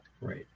right